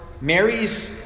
Mary's